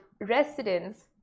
residents